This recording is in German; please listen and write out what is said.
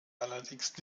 allerdings